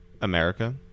America